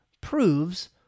proves